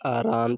आराम